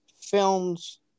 Films